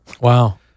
Wow